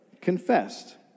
confessed